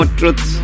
truth